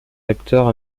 acteurs